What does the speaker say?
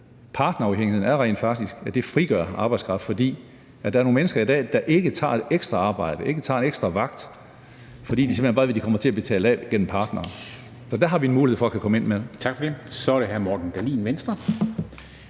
partnerafhængigheden er rent faktisk, at vi kan frigøre arbejdskraft, fordi der er nogle mennesker i dag, der ikke tager et ekstra arbejde, ikke tager en ekstra vagt, fordi de ved, at de simpelt hen bare kommer til at betale af gennem partneren. Og der har vi en mulighed for at kunne komme